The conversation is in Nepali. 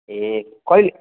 ए कहिले